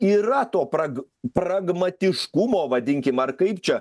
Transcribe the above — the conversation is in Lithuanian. yra to prag pragmatiškumo vadinkim ar kaip čia